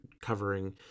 covering